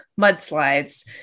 mudslides